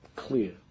clear